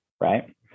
right